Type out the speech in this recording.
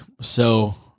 So-